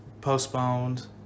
postponed